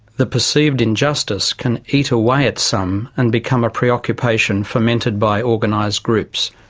the perceived injustice can eat away at some and become a preoccupation fermented by organised groups.